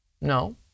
No